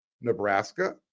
Nebraska